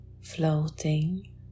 floating